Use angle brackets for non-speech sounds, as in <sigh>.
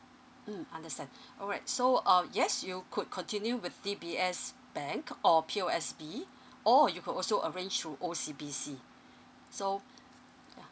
mm understand <breath> alright so um yes you could continue with D_B_S bank or P_O_S_B <breath> or you could also arrange through O_C_B_C <breath> so yeah